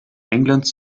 englands